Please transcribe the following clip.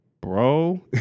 bro